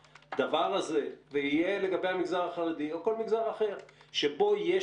וזה לגבי המגזר החרדי או כל מגזר אחר שבו יש